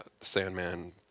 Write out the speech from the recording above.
Sandman